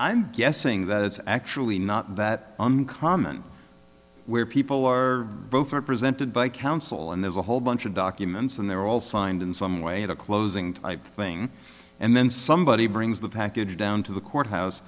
i'm guessing that it's actually not that uncommon where people are both represented by counsel and there's a whole bunch of documents and they're all signed in some way at a closing type thing and then somebody brings the package down to the courthouse